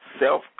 self